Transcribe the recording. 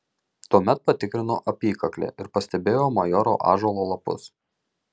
tuomet patikrino apykaklę ir pastebėjo majoro ąžuolo lapus